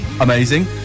Amazing